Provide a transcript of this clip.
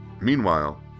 Meanwhile